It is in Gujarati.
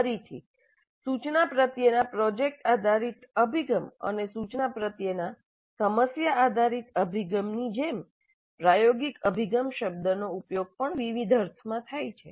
ફરીથી સૂચના પ્રત્યેના પ્રોજેક્ટ આધારિત અભિગમ અને સૂચના પ્રત્યેનાં સમસ્યા આધારિત અભિગમ ની જેમપ્રાયોગિક અભિગમ શબ્દનો ઉપયોગ પણ વિવિધ અર્થમાં થાય છે